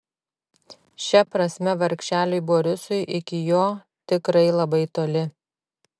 šia prasme vargšeliui borisui iki jo tikrai labai toli